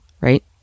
right